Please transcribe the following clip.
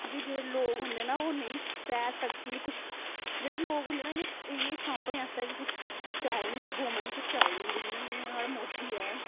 क्योंकि जेह्ड़े लोक होंदे ना ओह् नेईं सैब कुछ जेह्ड़े लोक होंदे न इनें इनें सांभने आस्तै बी कुछ चाही दी होंदी गौरमेंट चाहिदी होंदी कियां साढ़ा मोदी ऐ